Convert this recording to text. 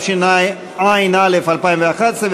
התשע"א 2011,